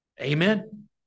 amen